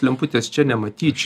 lemputės čia nematyčiau